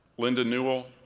linda newell,